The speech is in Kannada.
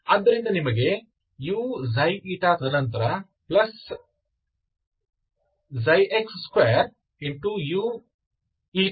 ಆದ್ದರಿಂದ ನಿಮಗೆ uξη ತದನಂತರ ಪ್ಲಸ್ x2uηη x2uηη ಆಗುತ್ತದೆ